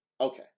Okay